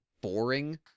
boring